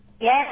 Yes